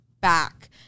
back